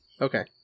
Okay